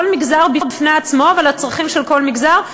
מגזר בפני עצמו ועל הצרכים של כל מגזר,